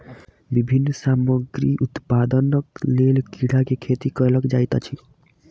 विभिन्न सामग्री उत्पादनक लेल कीड़ा के खेती कयल जाइत अछि